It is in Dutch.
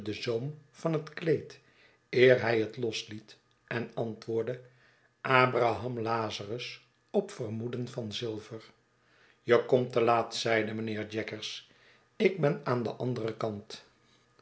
van het kleed eer hij het losliet en antwoordde abraham lazarus op vermoeden van zilver je komt te laat zeide mijnheer jaggers ik ben aan den anderen kant